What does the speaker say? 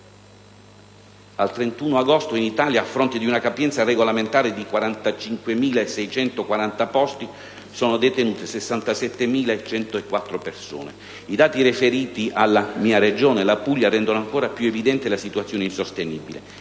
al 31 agosto, in Italia, a fronte di una capienza regolamentare di 45.647 posti, sono detenute 67.104 persone. I dati riferiti alla mia Regione, la Puglia, rendono ancora più evidente la situazione insostenibile: